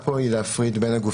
מה ההבחנה בין שתי הרשימות?